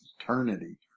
eternity